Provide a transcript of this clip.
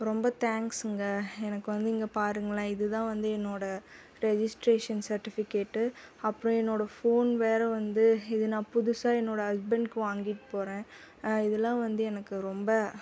ரொம்ப தேங்க்ஸுங்க எனக்கு வந்து இங்கே பாருங்களேன் இது தான் வந்து என்னோடய ரெஜிஸ்ட்ரேஷன் சர்டிஃபிகேட்டு அப்புறம் என்னோடய ஃபோன் வேற வந்து இது நான் புதுசாக என்னோட ஹஸ்பண்டுக்கு வாங்கிட்டு போகிறேன் இதெலாம் வந்து எனக்கு ரொம்ப